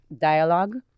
dialogue